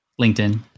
LinkedIn